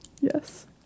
Yes